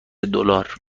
دلار